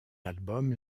album